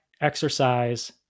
exercise